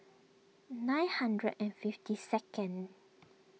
nine hundred and fifty second